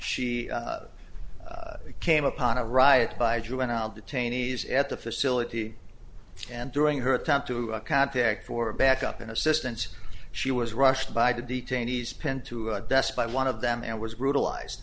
she came upon a riot by juvenile detainees at the facility and during her attempt to contact for a back up in assistance she was rushed by the detainees pinned to a desk by one of them and was brutalized